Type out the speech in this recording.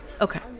Okay